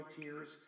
tears